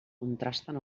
contrasten